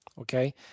okay